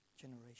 generation